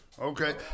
Okay